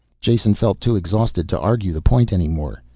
jason felt too exhausted to argue the point any more.